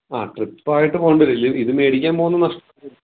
ആ ട്രിപ്പായിട്ട് പോകേണ്ടി വരും ഇല്ലേ ഇത് മേടിക്കാൻ പോകുന്നത് നഷ്ടം